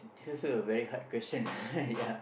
this also a very hard question ya